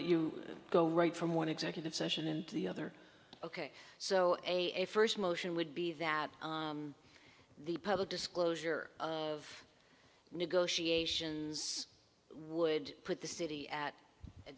that you go right from one executive session and the other ok so a first motion would be that the public disclosure of negotiations would put the city at a